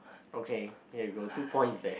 okay here you go two points there